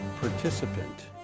participant